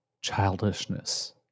childishness